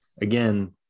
Again